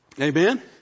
Amen